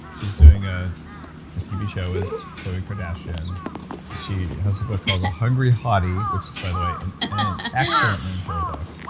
she's doing ah a tv show with khloe kardashian. she has a book called the hungry hottie, which is, by the way, an excellent name for a book.